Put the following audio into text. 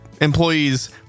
employees